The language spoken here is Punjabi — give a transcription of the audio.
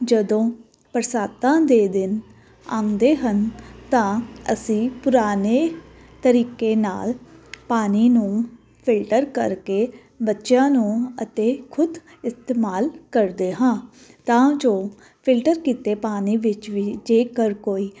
ਜਦੋਂ ਬਰਸਾਤਾਂ ਦੇ ਦਿਨ ਆਉਂਦੇ ਹਨ ਤਾਂ ਅਸੀਂ ਪੁਰਾਣੇ ਤਰੀਕੇ ਨਾਲ ਪਾਣੀ ਨੂੰ ਫਿਲਟਰ ਕਰਕੇ ਬੱਚਿਆਂ ਨੂੰ ਅਤੇ ਖੁਦ ਇਸਤੇਮਾਲ ਕਰਦੇ ਹਾਂ ਤਾਂ ਜੋ ਫਿਲਟਰ ਕੀਤੇ ਪਾਣੀ ਵਿੱਚ ਵੀ ਜੇਕਰ ਕੋਈ